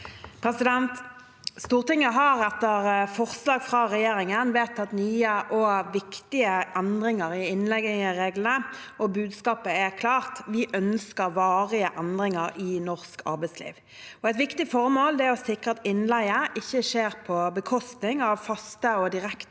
Stortinget har etter forslag fra regjeringen vedtatt nye og viktige endringer i innleiereglene. Budskapet er klart: Vi ønsker varige endringer i norsk arbeidsliv. Et viktig formål er å sikre at innleie ikke skjer på bekostning av faste og direkte